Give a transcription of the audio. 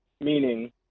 meaning